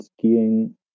skiing